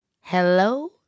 Hello